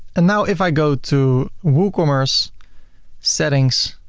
and now, if i go to woocommerce settings,